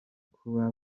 kuba